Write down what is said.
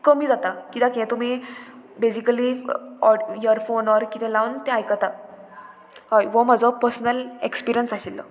कमी जाता कित्याक हें तुमी बेजिकली इयरफोन ऑर कितें लावन तें आयकता हय हो म्हजो पर्सनल एक्सपिरियंस आशिल्लो